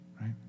right